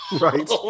Right